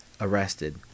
arrested